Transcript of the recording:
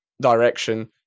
direction